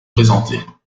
présentées